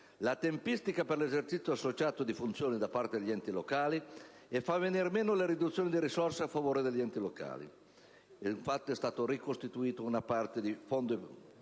la tempistica per l'esercizio associato di funzioni da parte di enti locali e vengono meno le riduzioni di risorse a favore degli enti locali. Infatti, è stata ricostituita una parte del fondo